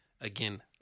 again